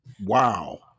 Wow